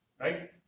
Right